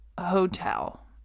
hotel